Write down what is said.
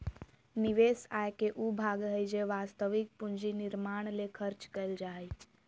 निवेश आय के उ भाग हइ जे वास्तविक पूंजी निर्माण ले खर्च कइल जा हइ